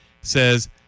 says